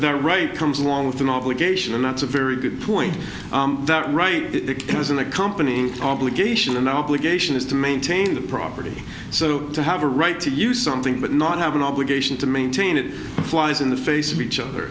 right comes along with an obligation and that's a very good point that right because in a company obligation an obligation is to maintain the property so to have a right to use something but not have an obligation to maintain it flies in the face of each other